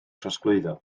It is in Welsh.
trosglwyddo